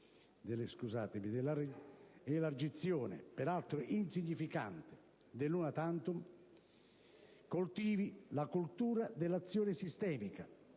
della elargizione, peraltro insignificante, dell'*una tantum*, coltivi la cultura dell'azione sistemica,